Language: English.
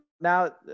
now